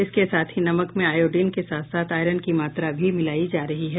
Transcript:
इसके साथ ही नमक में आयोडीन के साथ साथ आयरन की मात्रा भी मिलाई जा रही है